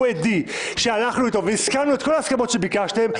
עדי והסכמנו את כל ההסכמות שביקשתם,